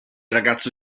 ragazzo